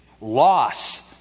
loss